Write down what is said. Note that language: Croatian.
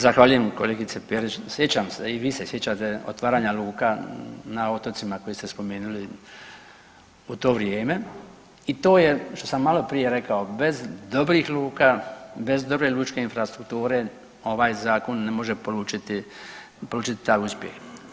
Zahvaljujem kolegice Perić, sjećam se i vi se sjećate otvaranja luka na otocima koje ste spomenuli u to vrijeme i to je što sam maloprije rekao bez dobrih luka, bez dobre lučke infrastrukture ovaj zakon ne može polučiti, polučiti taj uspjeh.